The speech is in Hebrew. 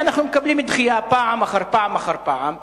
אנחנו מקבלים דחייה פעם אחר פעם אחר פעם,